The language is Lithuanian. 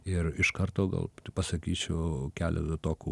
ir iš karto gal pasakysiu keletą tokių